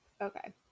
Okay